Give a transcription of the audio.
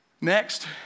Next